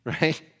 right